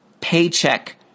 paycheck